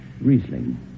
Riesling